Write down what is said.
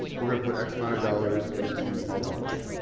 we're going to put x amount of dollars into a lunch.